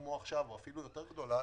כמו עכשיו או אפילו יותר גדולה,